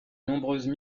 nombreuses